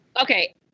Okay